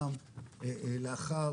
גם לאחר